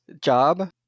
job